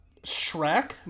Shrek